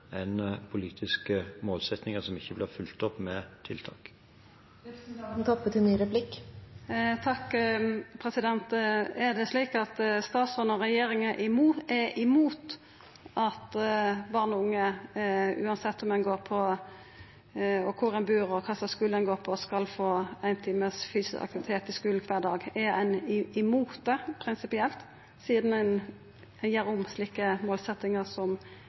enn politiske målsettinger som ikke blir fulgt opp med tiltak. Er det slik at statsråden og regjeringa er imot at barn og unge – uansett kvar dei bur, og kva slags skule dei går på – skal få éin time fysisk aktivitet i skulen kvar dag? Er ein prinsipielt imot det sidan ein gjer om slike målsetjingar som